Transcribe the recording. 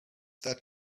that